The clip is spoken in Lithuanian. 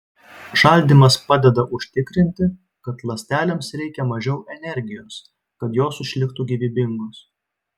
šaldymas padeda užtikrinti kad ląstelėms reikia mažiau energijos kad jos išliktų gyvybingos